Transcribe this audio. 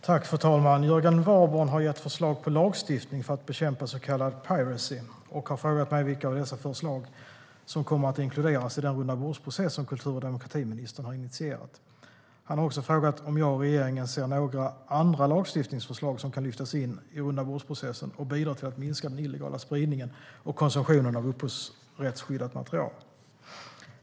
Fru talman! Jörgen Warborn har gett förslag på lagstiftning för att bekämpa så kallad piracy och har frågat mig vilka av dessa förslag som kommer att inkluderas i den rundabordsprocess som kultur och demokratiministern har initierat. Han har också frågat om jag och regeringen ser några andra lagstiftningsförslag som kan lyftas in i rundabordsprocessen och bidra till att minska den illegala spridningen och konsumtionen av upphovsrättsskyddat material.